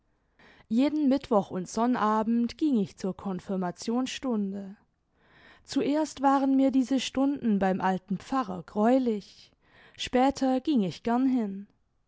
jeden mittwoch und sonnabend ging ich zur konfirmationsstimde zuerst waren mir diese stunden beim alten pfarrer greulich später ging ich gern hin